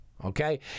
Okay